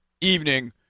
evening